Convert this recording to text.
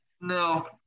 No